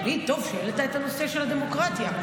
טוב שהעלית את הנושא של הדמוקרטיה,